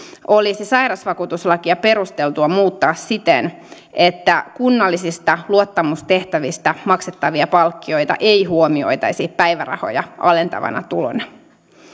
olisi sairausvakuutuslakia perusteltua muuttaa siten että kunnallisista luottamustehtävistä maksettavia palkkioita ei huomioitaisi päivärahoja alentavana tulona